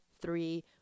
three